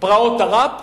פרעות תר"פ,